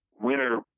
winner